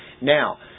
Now